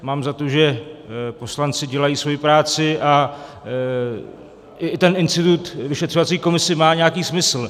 Mám za to, že poslanci dělají svoji práci a institut vyšetřovací komise má nějaký smysl.